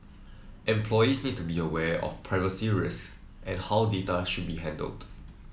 employees need to be aware of privacy risks and how data should be handled